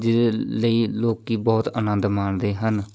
ਜਿਹਦੇ ਲਈ ਲੋਕ ਬਹੁਤ ਆਨੰਦ ਮਾਣਦੇ ਹਨ